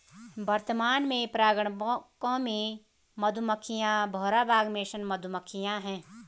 वर्तमान में परागणकों में मधुमक्खियां, भौरा, बाग मेसन मधुमक्खियाँ है